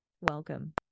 welcome